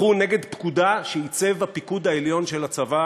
מחו נגד פקודה שעיצב הפיקוד העליון של הצבא